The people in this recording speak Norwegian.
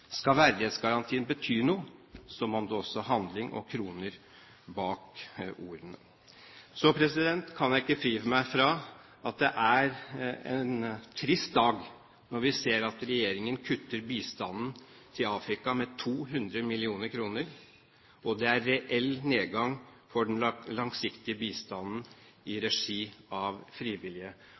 Skal verdighetsgarantien bety noe, må det også settes handling og kroner bak ordene. Så kan jeg ikke fri meg fra å si at det er en trist dag når vi ser at regjeringen kutter i bistanden til Afrika med 200 mill. kr, og at det er en reell nedgang i den langsiktige bistanden i regi av frivillige